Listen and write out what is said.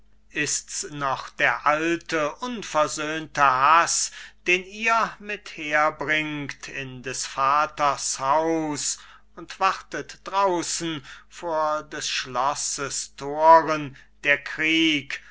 ist's noch der alte unversöhnte haß den ihr mit herbringt in des vaters haus und wartet draußen vor des schlosses thoren der krieg